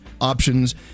options